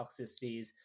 toxicities